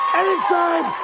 anytime